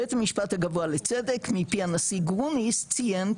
בית המשפט הגבוה לצדק מפי הנשיא גרוניס ציין,